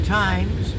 times